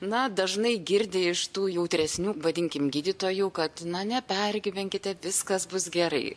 na dažnai girdi iš tų jautresnių vadinkim gydytojų kad na nepergyvenkite viskas bus gerai